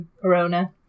Corona